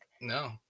No